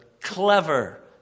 clever